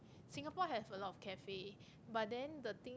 Singapore have a lot of cafe but then the thing